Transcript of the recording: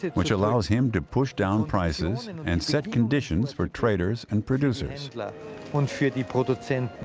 which allows him to push down prices and and set conditions for traders and producers one few deposits in?